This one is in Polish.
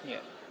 Nie.